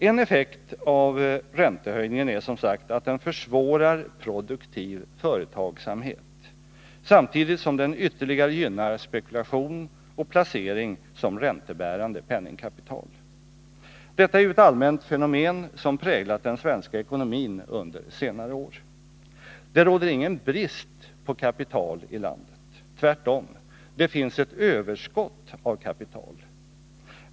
En effekt av räntehöjningen är som sagt att den försvårar produktiv företagsamhet, samtidigt som den ytterligare gynnar spekulation och placering som räntebärande penningkapital. Detta är ju ett allmänt fenomen som präglat den svenska ekonomin under senare år. Det råder ingen brist på kapitali landet. Tvärtom. Det finns ett överskott av kapital.